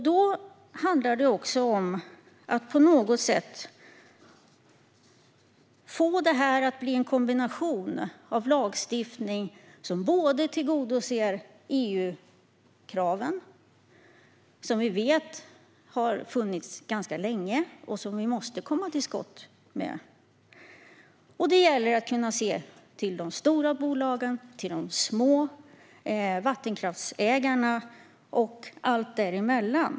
Det handlar också om att vår lagstiftning ska tillgodose kraven i EU:s lagstiftning - vi vet att den har funnits ganska länge och att vi måste komma till skott med harmoniseringen - och att samtidigt se till de stora bolagen, de små vattenkraftsägarna och allt däremellan.